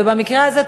ובמקרה הזה,